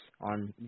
on